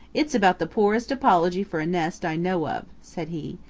it's about the poorest apology for a nest i know of, said he.